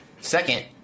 Second